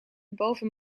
boven